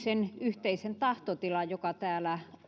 sen yhteisen tahtotilan joka täällä